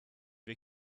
her